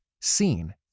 seen